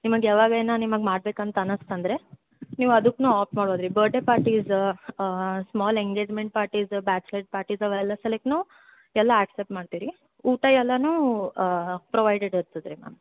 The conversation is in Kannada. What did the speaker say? ನಿಮಗೆ ಯಾವಗೇನ ನಿಮಗೆ ಮಾಡ್ಬೇಕು ಅಂತ ಅನ್ನಿಸ್ತಂದ್ರೆ ನೀವು ಅದಕ್ನು ಆಪ್ ಮಾಡ್ಬೋದು ರೀ birthday parties small engagement parties bachelorette parties ಅವೆಲ್ಲ ಸಲೇಕ್ನು ಎಲ್ಲ ಆಕ್ಸೆಪ್ಟ್ ಮಾಡ್ತೀವಿ ರೀ ಊಟ ಎಲ್ಲಾ ಪ್ರೊವೈಡೆಡ್ ಇರ್ತದೆ ರೀ ಮ್ಯಾಮ್